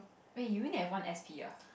eh you only have one S_P ah